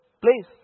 Please